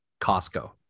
Costco